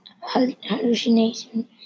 hallucination